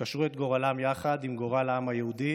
קשרו את גורלם עם גורל העם היהודי